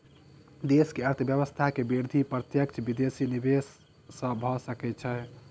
देश के अर्थव्यवस्था के वृद्धि प्रत्यक्ष विदेशी निवेश सॅ भ सकै छै